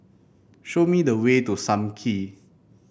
show me the way to Sam Kee